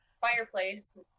fireplace